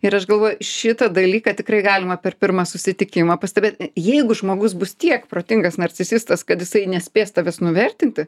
ir aš galvoju šitą dalyką tikrai galima per pirmą susitikimą pastebėt jeigu žmogus bus tiek protingas narcisistas kad jisai nespės tavęs nuvertinti